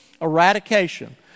eradication